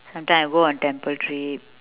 sometime I go on temple trip